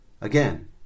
again